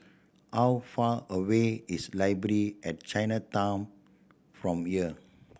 how far away is Library at Chinatown from here